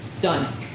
Done